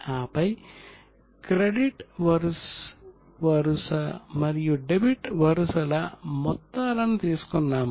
ఆపై క్రెడిట్ వరుస మరియు డెబిట్ వరుసల మొత్తాలను తీసుకున్నాము